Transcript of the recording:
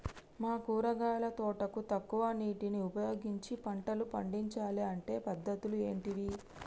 మా కూరగాయల తోటకు తక్కువ నీటిని ఉపయోగించి పంటలు పండించాలే అంటే పద్ధతులు ఏంటివి?